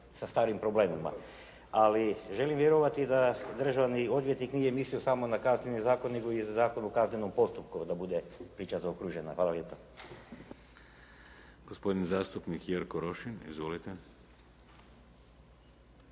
sa starim problemima. Ali želim vjerovati da državni odvjetnik nije mislio samo na Kazneni zakon, nego i za Zakon o kaznenom postupku da bude priča zaokružena. Hvala lijepa. **Šeks, Vladimir (HDZ)** Gospodin zastupnik Jerko Rošin. Izvolite.